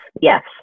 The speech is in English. yes